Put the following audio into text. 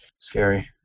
Scary